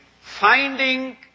finding